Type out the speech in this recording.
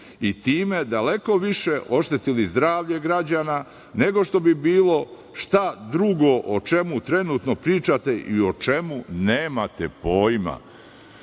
i time daleko više oštetili zdravlje građana nego što bi bilo šta drugo o čemu trenutno pričate i o čemu nemate pojma.